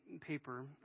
paper